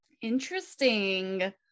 Interesting